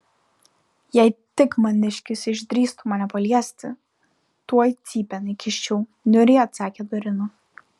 jei tik maniškis išdrįstų mane paliesti tuoj cypėn įkiščiau niūriai atsakė dorina